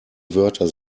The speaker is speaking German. wörter